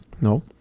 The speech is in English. No